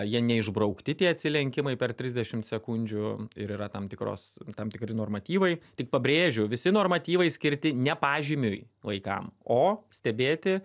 jie neišbraukti tie atsilenkimai per trisdešimt sekundžių ir yra tam tikros tam tikri normatyvai tik pabrėžiu visi normatyvai skirti ne pažymiui vaikam o stebėti